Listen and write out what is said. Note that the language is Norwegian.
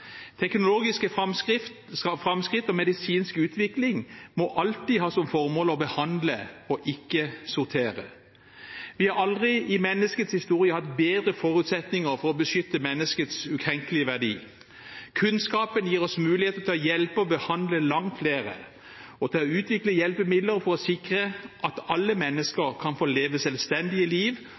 Teknologiske framskritt og medisinsk utvikling må alltid ha som formål å behandle og ikke sortere. Vi har aldri i menneskets historie hatt bedre forutsetninger for å beskytte menneskets ukrenkelige verdi. Kunnskapen gir oss mulighet til å hjelpe og behandle langt flere og til å utvikle hjelpemidler for å sikre at alle mennesker kan få leve et selvstendig liv